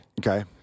Okay